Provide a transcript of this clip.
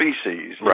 species